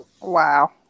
Wow